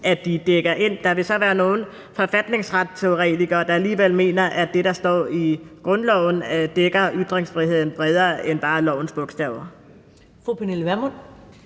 at de dækker ind. Der vil så være nogle forfatningsretteoretikere, der alligevel mener, at det, der står i grundloven, dækker ytringsfriheden bredere end bare lovens bogstaver. Kl. 14:23 Første